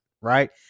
right